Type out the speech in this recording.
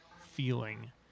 feeling